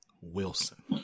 Wilson